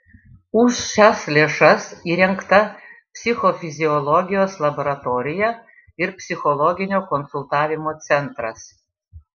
už šias lėšas įrengta psichofiziologijos laboratorija ir psichologinio konsultavimo centras